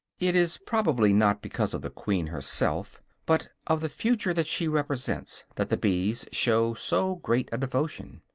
it is probably not because of the queen herself, but of the future that she represents, that the bees show so great a devotion.